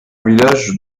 village